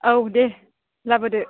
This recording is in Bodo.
औ दे लाबोदो